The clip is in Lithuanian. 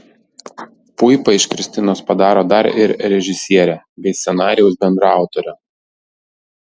puipa iš kristinos padaro dar ir režisierę bei scenarijaus bendraautorę